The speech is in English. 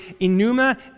Enuma